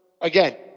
Again